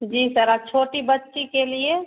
जी sir आ छोटी बच्ची के लिए